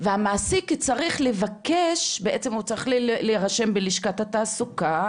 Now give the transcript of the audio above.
והמעסיק צריך להירשם בלשכת התעסוקה